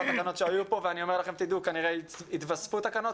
אני כבר אומר לכם שכנראה יתווספו תקנות,